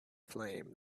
flame